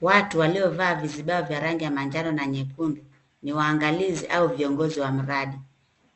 Watu waliovaa vizibaa vya rangi ya manjano na nyekundu, ni waangalizi au viongozi wa mradi .